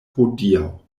hodiaŭ